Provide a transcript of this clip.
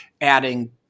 adding